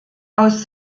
aus